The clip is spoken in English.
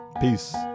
peace